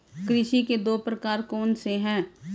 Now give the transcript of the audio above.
कृषि के दो प्रकार कौन से हैं?